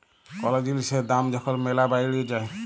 call জিলিসের দাম যখল ম্যালা বাইড়ে যায়